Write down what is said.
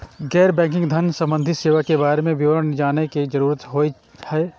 गैर बैंकिंग धान सम्बन्धी सेवा के बारे में विवरण जानय के जरुरत होय हय?